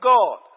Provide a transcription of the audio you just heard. God